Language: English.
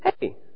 hey